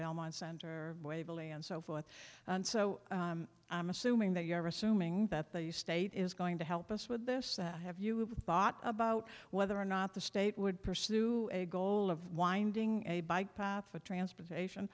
belmont center waverly and so forth and so i'm assuming that you are assuming that the state is going to help us with this that have you have thought about whether or not the state would pursue a goal of winding a bike path for transportation